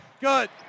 Good